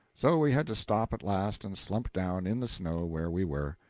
so we had to stop at last and slump down in the snow where we were.